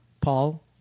Paul